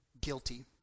guilty